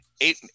Eight